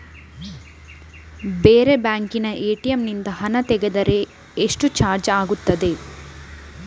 ಬೇರೆ ಬ್ಯಾಂಕಿನ ಎ.ಟಿ.ಎಂ ನಿಂದ ಹಣ ತೆಗೆದರೆ ಎಷ್ಟು ಚಾರ್ಜ್ ಆಗುತ್ತದೆ?